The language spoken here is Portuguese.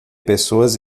pessoas